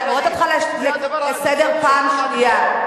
אני קוראת אותך לסדר פעם שנייה.